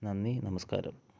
നന്ദി നമസ്കാരം